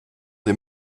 des